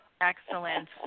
Excellent